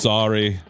Sorry